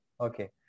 Okay